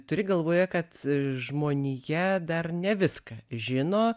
turi galvoje kad žmonija dar ne viską žino